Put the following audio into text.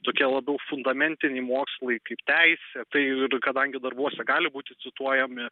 tokie labiau fundamentiniai mokslai kaip teisė tai ir kadangi darbuose gali būti cituojami